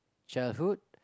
childhood